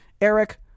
Eric